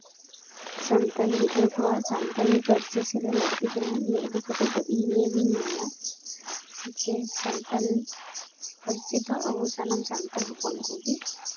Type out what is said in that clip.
ᱥᱟᱱᱛᱟᱞ ᱜᱤᱫᱽᱨᱟᱹ ᱠᱚᱣᱟᱜ ᱥᱟᱱᱛᱟᱞᱤ ᱯᱟᱹᱨᱥᱤ ᱥᱮᱬᱟ ᱞᱟᱹᱠᱛᱤ ᱠᱟᱱᱟ ᱱᱤᱭᱟᱹ ᱤᱫᱤ ᱠᱟᱛᱮᱫ ᱫᱚ ᱤᱧ ᱱᱤᱭᱟᱹ ᱜᱤᱧ ᱢᱮᱱᱟ ᱡᱮ ᱥᱟᱱᱛᱟᱞ ᱯᱟᱹᱨᱥᱤ ᱫᱚ ᱟᱵᱚ ᱥᱟᱱᱟᱢ ᱥᱟᱱᱛᱟᱞ ᱦᱚᱯᱚᱱ ᱠᱚᱜᱮ